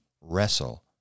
wrestle